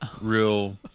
real